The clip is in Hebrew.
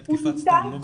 עמדתנו.